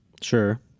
Sure